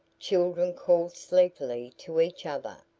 children called sleepily to each other,